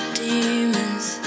demons